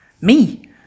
Me